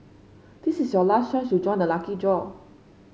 this is your last chance to join the lucky draw